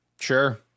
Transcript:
sure